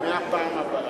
מהפעם הבאה.